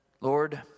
Lord